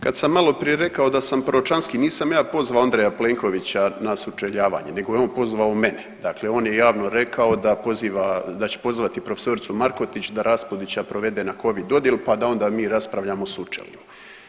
Kad sam maloprije rekao da sam proročanski, nisam ja pozvao Andreja Plenkovića na sučeljavanje, nego je on pozvao mene, dakle on je javno rekao da poziva, da će pozvati profesoricu Markotić da Raspudića provede na Covid odjela pa da onda mi raspravljamo sučelno.